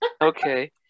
Okay